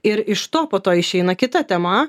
ir iš to po to išeina kita tema